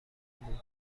بود